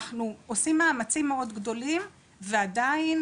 אנחנו עושים מאמצים מאוד גדולים ועדיין